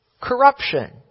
corruption